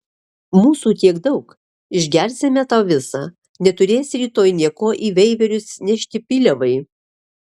mūsų tiek daug išgersime tau visą neturėsi rytoj nė ko į veiverius nešti pyliavai